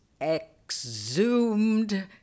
Exhumed